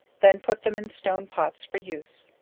then put them in stone pots for use.